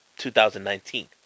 2019